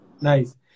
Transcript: Nice